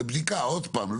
בבדיקה עוד פעם,